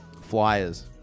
Flyers